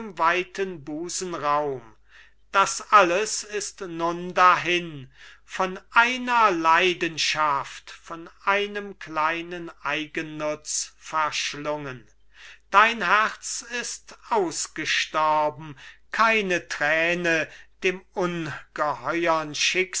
weiten busen raum das alles ist nun dahin von einer leidenschaft von einem kleinen eigennutz verschlungen dein herz ist ausgestorben keine träne dem ungeheuern schicksal